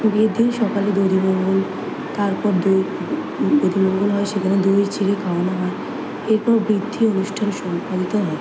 বিয়ের দিন সকালে দধিমঙ্গল তারপর দই দধিমঙ্গল হয় সেখানে দই চিড়ে খাওয়ানো হয় এরপর বৃদ্ধি অনুষ্ঠান সম্পাদিত হয়